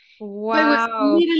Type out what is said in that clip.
wow